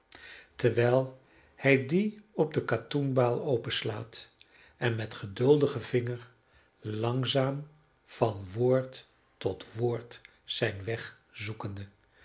terwijl hij dien op de katoenbaal openslaat en met geduldigen vinger langzaam van woord tot woord zijn weg zoekende